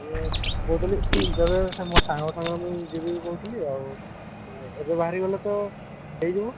ଇଏ ମୁଁ କହୁଥୁଲି କେବେ ସେ ମୋର ସାଙ୍ଗ ସାଙ୍ଗରେ ମୁଁ ଯିବି କହୁଥିଲି ଆଉ ଏବେ ବାହାରି ଗଲେ ତ ହେଇଯିବ